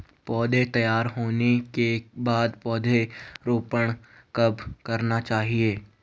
पौध तैयार होने के बाद पौधा रोपण कब करना चाहिए?